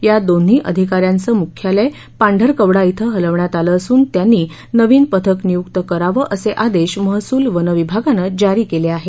या दोन्ही अधिका यांचं मुख्यालय पांढरकवडा इथं हलवण्यात आलं असून त्यांनी नवीन पथक नियुक्त करावं असे आदेश महसूल वनविभागानं जारी केले आहेत